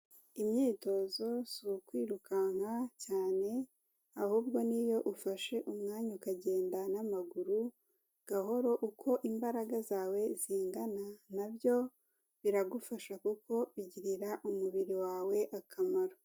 Imyitozo si ukwirukanka cyane, ahubwo niyo ufashe umwanya ukagenda n'amaguru gahoro uko imbaraga zawe zingana na byo biragufasha kuko bigirira umubiri wawe akamaro.